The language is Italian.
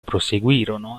proseguirono